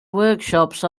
workshops